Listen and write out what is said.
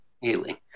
healing